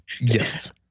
Yes